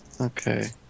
okay